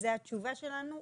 אז זה נורא מצחיק.